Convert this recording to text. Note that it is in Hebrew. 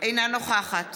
אינה נוכחת